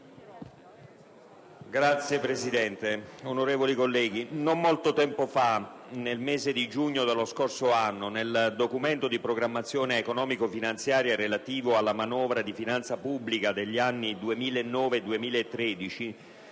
Signora Presidente, onorevoli colleghi, non molto tempo fa (nel mese di giugno dello scorso anno) nel Documento di programmazione economico-finanziaria relativo alla manovra di finanza pubblica degli anni 2009-2013,